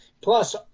plus